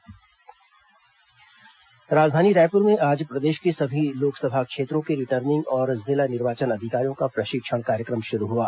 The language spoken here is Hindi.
मतगणना प्रशिक्षण राजधानी रायपुर में आज प्रदेश के सभी लोकसभा क्षेत्रों के रिटर्निंग और जिला निर्वाचन अधिकारियों का प्रशिक्षण कार्यक्रम शुरू हुआ